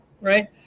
right